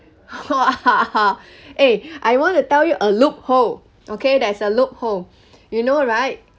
!wah! eh I want to tell you a loophole okay there's a loophole you know right